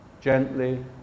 gently